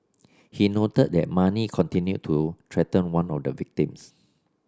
he noted that Mani continued to threaten one of the victims